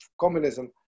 communism